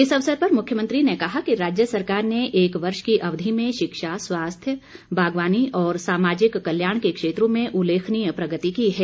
इस अवसर पर मुख्यमंत्री ने कहा कि राज्य सरकार ने एक वर्ष की अवधि में शिक्षा स्वास्थ्य बागवानी और सामाजिक कल्याण के क्षेत्रों में उल्लेखनीय प्रगति की है